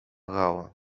havo